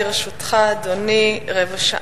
לרשותך, אדוני, רבע שעה.